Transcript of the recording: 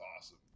awesome